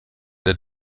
der